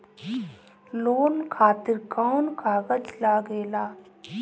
Loan खातिर कौन कागज लागेला?